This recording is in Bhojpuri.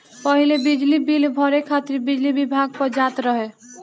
पहिले बिजली बिल भरे खातिर बिजली विभाग पअ जात रहे